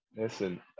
Listen